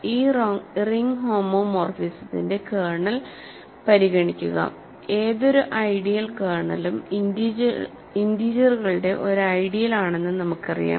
ഈ റിംഗ് ഹോമോമോർഫിസത്തിന്റെ കേർണൽ പരിഗണിക്കുക ഏതൊരു ഐഡിയൽ കേർണലും ഇന്റീജറുകളുടെ ഒരു ഐഡിയൽ ആണെന്ന് നമുക്കറിയാം